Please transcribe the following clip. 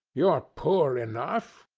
you're poor enough.